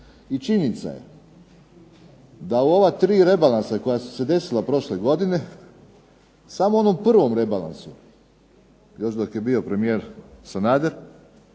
I činjenica je da u ova tri rebalansa koja su se desila prošle godine samo u onom prvom rebalansu, još dok je bio premijer Sanader,